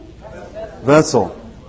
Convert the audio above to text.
Vessel